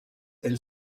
elle